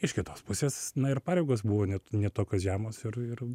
iš kitos pusės na ir pareigos buvo net ne tokios žemos ir ir